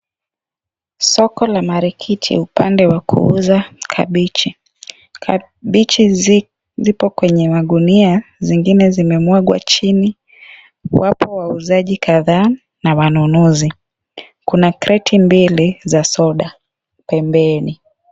Soko la marikiti upande wa kuuza kabichi. Kabichi zipo kwenye magunia, zingine zimemwagwa chini. Wapo wauzaji kadhaa na wanunuzi. Kuna creti mbili za soda pembeni.